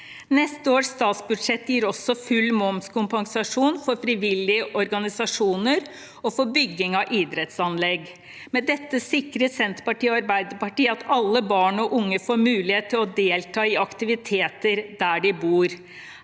Neste års statsbudsjett gir også full momskompensasjon for frivillige organisasjoner og for bygging av idrettsanlegg. Med dette sikrer Senterpartiet og Arbeiderpartiet at alle barn og unge får mulighet til å delta i aktiviteter der de bor.